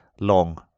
Long